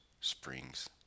springs